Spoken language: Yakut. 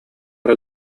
эрэ